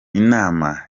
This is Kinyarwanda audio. inama